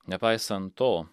nepaisant to